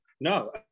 no